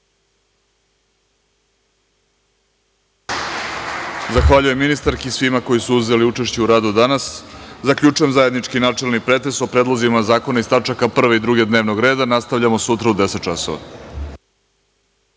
Zahvaljujem ministarki i svima koji su uzeli učešće u radu danas. Zaključujem zajednički načelni pretres o predlozima zakona iz tačaka 1. i 2. dnevnog reda. Nastavljamo sutra u 10.00